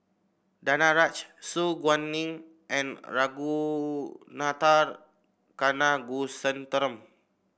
Danaraj Su Guaning and Ragunathar Kanagasuntheram